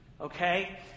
okay